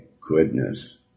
goodness